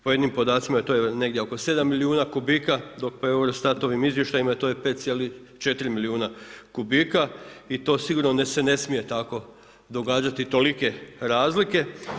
Po jednim podacima je to negdje oko 7 milijuna kubika, dok po EUROSTAT-ovim izvještajima to je 5,4 milijuna kubika i to sigurno se ne smije tako događati tolike razlike.